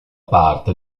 parte